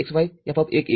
y x